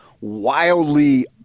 wildly